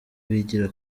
bigira